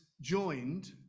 joined